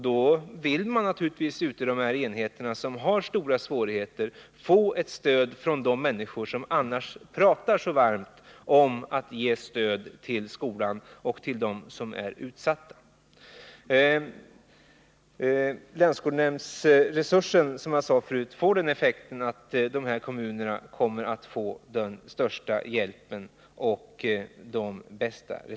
Då vill naturligtvis de enheter som har stora svårigheter få ett stöd från de människor som annars pratar så varmt om att ge stöd till skolan och till de utsatta. Länsskolnämndsresursen får, som jag förut sade, den effekten att dessa kommuner erhåller den största hjälpen.